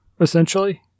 essentially